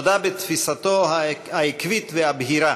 הוא נודע בתפיסתו העקבית והבהירה